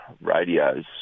radios